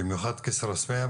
במיוחד כיסרא סומיע.